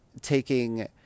taking